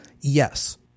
Yes